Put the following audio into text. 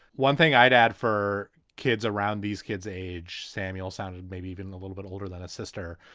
one thing i'd add for kids around these kids age, samuell sounded maybe even a little bit older than a sister.